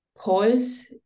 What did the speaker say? pause